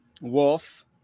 Wolf